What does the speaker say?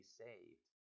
saved